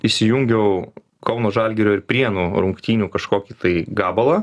įsijungiau kauno žalgirio ir prienų rungtynių kažkokį tai gabalą